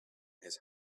his